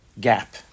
gap